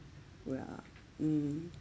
ya uh mm